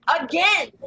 again